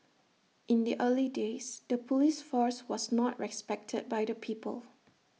in the early days the Police force was not respected by the people